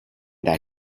that